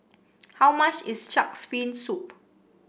how much is shark's fin soup